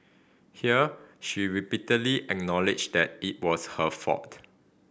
here she repeatedly acknowledged that it was her fault